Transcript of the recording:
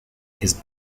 his